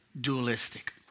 dualistic